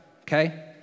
okay